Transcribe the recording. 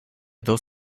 dos